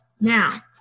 Now